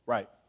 Right